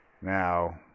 Now